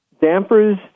dampers